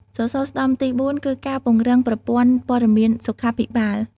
សសរស្តម្ភទី៤គឺការពង្រឹងប្រព័ន្ធព័ត៌មានសុខាភិបាល។